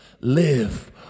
live